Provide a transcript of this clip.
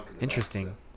Interesting